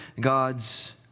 God's